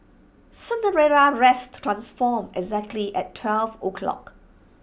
Cinderella's dress transformed exactly at twelve o'clock